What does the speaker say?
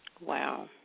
Wow